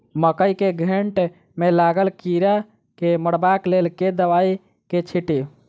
मकई केँ घेँट मे लागल कीड़ा केँ मारबाक लेल केँ दवाई केँ छीटि?